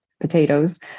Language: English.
potatoes